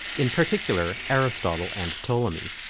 in particular aristotle and ptolemy.